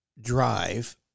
drive